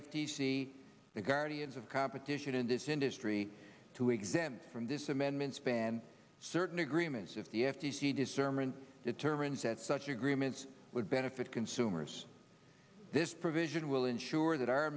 c the guardians of competition in this industry to exempt from this amendments ban certain agreements of the f t c discernment determines that such agreements would benefit consumers this provision will ensure that